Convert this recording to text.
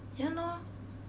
ya lor